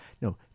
No